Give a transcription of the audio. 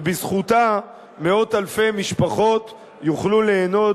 ובזכותה מאות אלפי משפחות יוכלו ליהנות